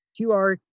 QR